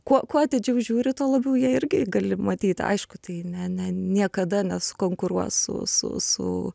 kuo kuo atidžiau žiūri tuo labiau ją irgi gali matyt aišku tai ne ne niekada nesukonkuruos su su su